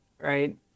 right